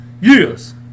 Yes